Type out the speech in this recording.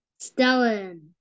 Stellan